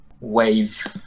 wave